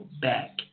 back